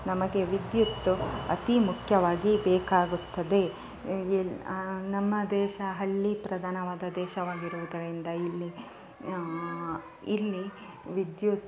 ನಮಗೆ ವಿದ್ಯುತ್ ಅತೀ ಮುಖ್ಯವಾಗಿ ಬೇಕಾಗುತ್ತದೆ ನಮ್ಮ ದೇಶ ಹಳ್ಳಿ ಪ್ರಧಾನವಾದ ದೇಶವಾಗಿರುವುದರಿಂದ ಇಲ್ಲಿ ಇಲ್ಲಿ ವಿದ್ಯುತ್